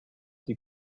die